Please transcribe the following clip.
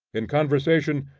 in conversation,